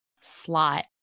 slot